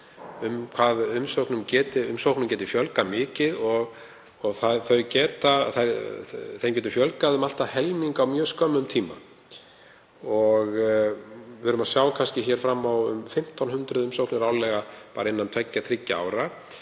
um hvað umsóknum geti fjölgað mikið. Þeim getur fjölgað um allt að helming á mjög skömmum tíma og við erum að sjá kannski fram á um 1.500 umsóknir árlega bara innan tveggja,